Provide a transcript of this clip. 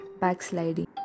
backsliding